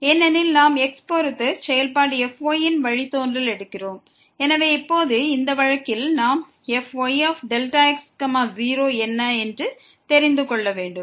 ஏனெனில் நாம் செயல்பாடு fy ன் x பொறுத்து வழித்தோன்றலை எடுக்கிறோம் எனவே இப்போது இந்த வழக்கில் நாம் fyΔx0 என்ன என்று தெரிந்து கொள்ள வேண்டும்